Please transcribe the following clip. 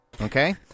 Okay